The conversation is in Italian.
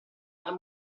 dar